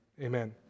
Amen